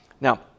Now